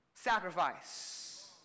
sacrifice